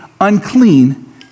unclean